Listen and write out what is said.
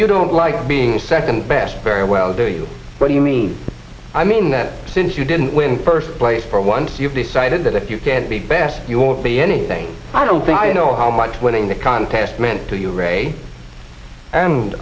you don't like being second best very well do you what do you mean i mean that since you didn't win first place for once you've decided that if you can't be best you won't be anything i don't think i know how much winning the contest meant to you r